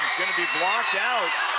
be blocked out.